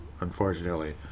unfortunately